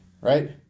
right